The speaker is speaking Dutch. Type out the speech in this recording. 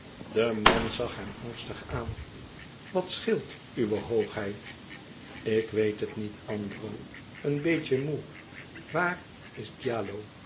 de man zag hem angstig aan wat scheelt uwe hoogheid ik weet het niet andro een beetje moê waar is